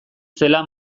zela